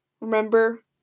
Remember